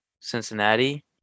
Cincinnati